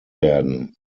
werden